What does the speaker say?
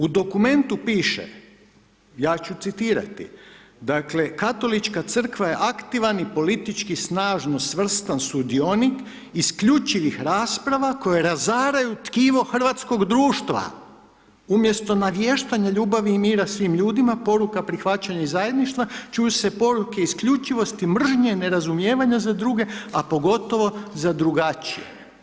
U dokumentu piše, ja ću citirati, dakle, Katolička crkva je aktivan i politički snažno svrstan sudionik isključivih rasprava koje razaraju tkivo hrvatskog društva, umjesto navještenje ljubavi i mira svim ljudima, poruka prihvaćanja zajedništva, čuju se poruke isključivosti mržnje, nerazumijevanje za druge, a pogotovo za drugačije.